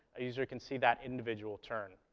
a user can see that individual turn.